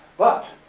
but,